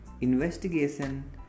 investigation